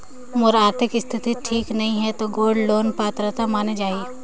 मोर आरथिक स्थिति ठीक नहीं है तो गोल्ड लोन पात्रता माने जाहि?